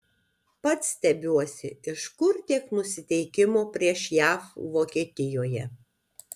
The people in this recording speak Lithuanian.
pats stebiuosi iš kur tiek nusiteikimo prieš jav vokietijoje